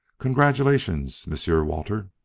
congratulations, m'sieu walter